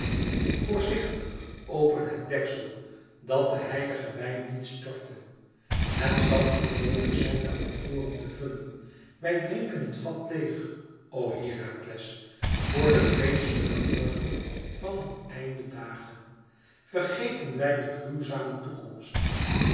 voorzichtig open het deksel dat de heilige wijn niet storte het zal onnoodig zijn de amforen te vullen wij drinken het vat leêg o herakles voor de vreeslijke morgen van uw einde dage vergeten wij de gruwzame toekomst